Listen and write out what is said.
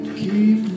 keep